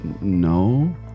no